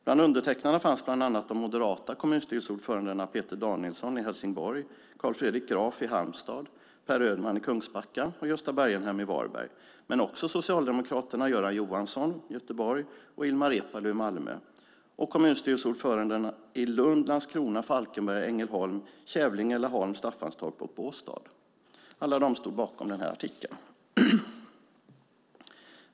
Bland undertecknarna fanns de moderata kommunstyrelseordförandena Peter Danielsson, Helsingborg, Carl Fredrik Graf, Halmstad, Per Ödman, Kungsbacka, och Gösta Bergenheim, Varberg, men också socialdemokraterna Göran Johansson, Göteborg, och Ilmar Reepalu, Malmö. Även kommunstyrelseordförandena i Lund, Landskrona, Falkenberg, Ängelholm, Kävlinge, Laholm, Staffanstorp och Båstad stod bakom artikeln.